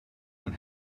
and